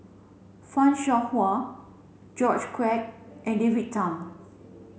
Fan Shao Hua George Quek and David Tham